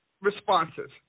responses